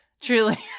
Truly